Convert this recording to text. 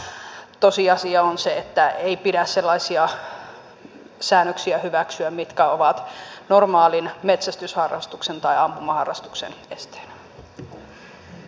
mutta tosiasia on se että ei pidä hyväksyä sellaisia säännöksiä mitkä ovat normaalin metsästysharrastuksen tai ampumaharrastuksen esteenä